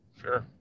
Sure